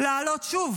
להעלות שוב